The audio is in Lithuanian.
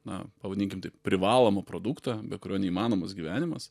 na pavadinkim taip privalomą produktą be kurio neįmanomas gyvenimas